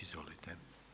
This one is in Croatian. Izvolite.